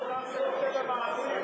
יש לנו כל הסיבות, יש